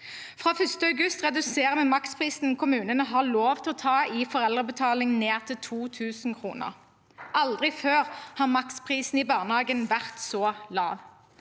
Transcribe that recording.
Fra 1. august reduserer vi maksprisen kommunene har lov til å ta i foreldrebetaling, til 2 000 kr. Aldri før har maksprisen for barnehage vært så lav.